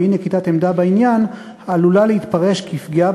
ואי-נקיטת עמדה בעניין עלולה להתפרש כפגיעה